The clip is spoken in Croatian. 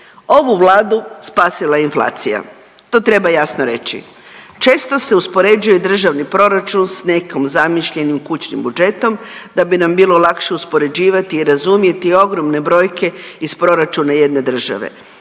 Ovu Vladu spasila je inflacija, to treba jasno reći. Često se uspoređuje državni proračun s nekim zamišljenim kućnim budžetom da bi nam bilo lakše uspoređivati i razumjeti ogromne brojke iz proračuna jedne države,